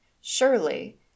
Surely